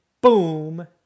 boom